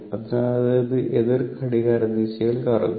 അതിനാൽ അത് എതിർ ഘടികാരദിശയിൽ കറങ്ങുന്നു